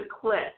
click